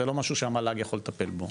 זה לא משהו שהמל"ג יכול לטפל פה.